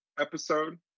episode